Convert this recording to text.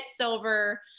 silver